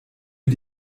wir